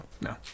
no